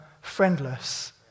friendless